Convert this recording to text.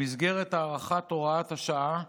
במסגרת הארכת הוראת השעה,